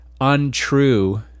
untrue